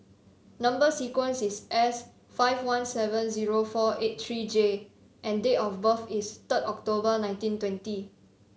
number sequence is S five one seven zero four eight three J and date of birth is third October nineteen twenty